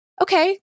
okay